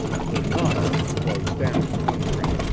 the nile flows down the country,